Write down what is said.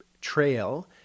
trail